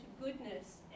goodness